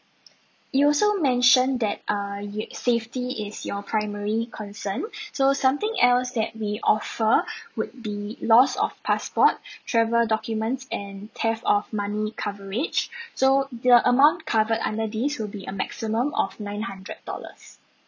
you also mentioned that err you safety is your primary concern so something else that we offer would be loss of passport travel documents and theft of money coverage so the amount covered under this will be a maximum of nine hundred dollars